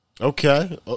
Okay